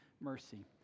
mercy